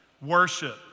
Worship